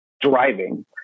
driving